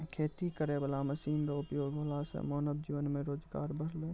खेती करै वाला मशीन रो उपयोग होला से मानब जीवन मे रोजगार बड़लै